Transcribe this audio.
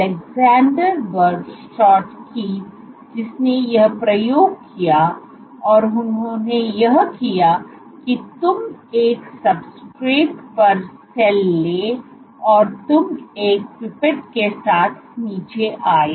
Alexander Bershadsky जिसने यह प्रयोग किया और उन्होंने यह किया कि तुम एक सब्सट्रेट पर सेल ले और तुम एक पिपेट के साथ नीचे आए